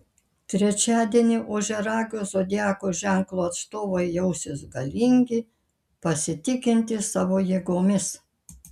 trečiadienį ožiaragio zodiako ženklo atstovai jausis galingi pasitikintys savo jėgomis